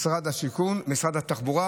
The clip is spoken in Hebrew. משרד התחבורה